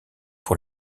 pour